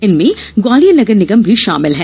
इनमें ग्वालियर नगर निगम भी शामिल है